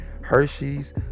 Hershey's